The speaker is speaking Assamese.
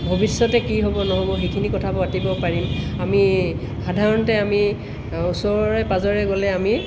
ভৱিষ্যতে কি হ'ব নহ'ব সেইখিনি কথা পাতিব পাৰিম আমি সাধাৰণতে আমি ওচৰৰে পাঁজৰে গ'লে আমি